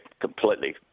completely